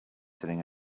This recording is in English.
sitting